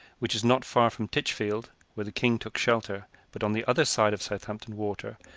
which is not far from titchfield, where the king took shelter, but on the other side of southampton water,